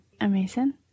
amazing